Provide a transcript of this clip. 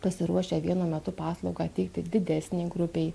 pasiruošę vienu metu paslaugą teikti didesnei grupei